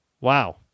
Wow